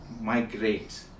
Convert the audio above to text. migrate